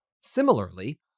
Similarly